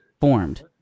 formed